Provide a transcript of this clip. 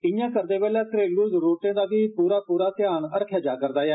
इय्या करदे बैल्लै घरेलू जरुरतें दा बी पूरा ध्यान रक्खेआ जा र दा ऐ